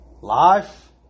life